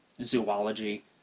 zoology